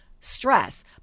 stress